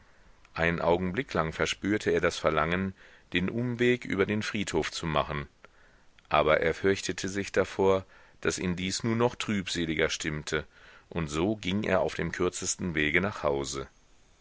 einen augenblick lang verspürte er das verlangen den umweg über den friedhof zu machen aber er fürchtete sich davor daß ihn dies nur noch trübseliger stimmte und so ging er auf dem kürzesten wege nach hause